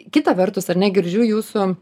kita vertus ar ne girdžiu jūsų